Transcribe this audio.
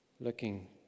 looking